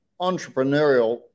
entrepreneurial